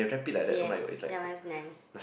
yes that one is nice